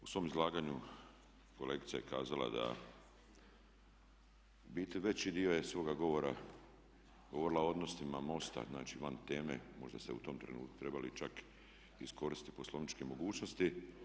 U svom izlaganju kolegica je kazala da u biti veći dio je svoga govorila o odnosima MOST-a, znači van teme, možda ste u tom trenutku trebali čak i iskoristiti poslovničke mogućnosti.